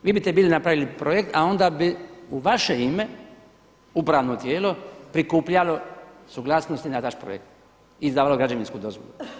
Vi bite bili napravili projekt, a onda bi u vaše ime upravo tijelo prikupljalo suglasnosti na vaš projekt izdavalo građevinsku dozvolu.